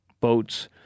boats